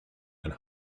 and